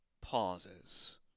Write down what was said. pauses